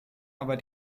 aber